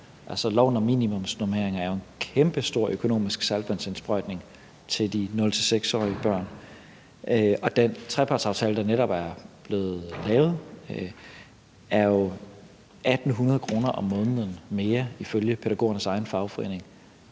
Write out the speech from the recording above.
år. Loven om minimumsnormeringer er jo en kæmpestor økonomisk saltvandsindsprøjtning til de 0-6-årige børn, og den trepartsaftale, der netop er blevet lavet, giver jo 1.800 kr. mere om måneden, ifølge pædagogernes egen fagforening,